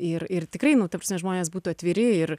ir ir tikrai nu ta prasme žmonės būtų atviri ir